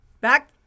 back